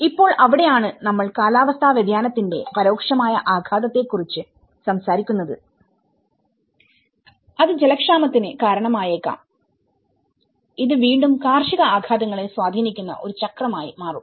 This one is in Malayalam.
ഇപ്പോൾ അവിടെയാണ് നമ്മൾ കാലാവസ്ഥാ വ്യതിയാനത്തിന്റെ പരോക്ഷമായ ആഘാതത്തെ കുറിച്ച് സംസാരിക്കുന്നത് അത് ജലക്ഷാമത്തിന് കാരണമായേക്കാം ഇത് വീണ്ടും കാർഷിക ആഘാതങ്ങളെ സ്വാധീനിക്കുന്ന ഒരു ചക്രമായി മാറും